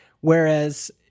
Whereas